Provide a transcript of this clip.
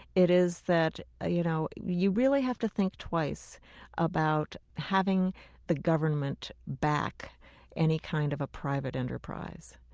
it is that ah you know you really have to think twice about having the government back any kind of a private enterprise.